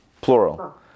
plural